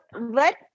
let